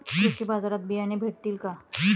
कृषी बाजारात बियाणे भेटतील का?